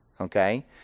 okay